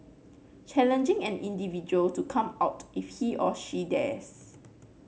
challenging an individual to come out if he or she dares